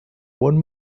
one